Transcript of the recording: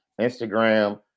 Instagram